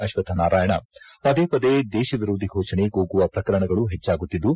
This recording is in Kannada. ಅಶ್ವಕ್ವನಾರಾಯಣ ಪದೇ ಪದೇ ದೇಶವಿರೋಧಿ ಘೋಷಣೆ ಕೂಗುವ ಪ್ರಕರಣಗಳು ಹೆಚ್ಚಾಗುತ್ತಿದ್ದು